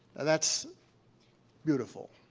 that's beautiful.